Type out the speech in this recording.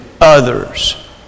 others